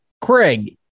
Craig